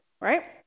right